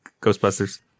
Ghostbusters